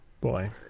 Boy